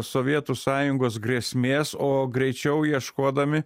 sovietų sąjungos grėsmės o greičiau ieškodami